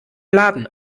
laden